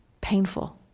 painful